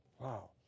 Wow